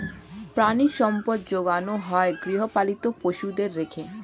প্রাণিসম্পদ যোগানো হয় গৃহপালিত পশুদের রেখে